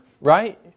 right